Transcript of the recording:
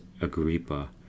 Agrippa